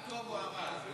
רק טוב הוא אמר.